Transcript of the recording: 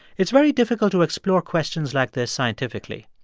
it's very difficult to explore questions like this scientifically.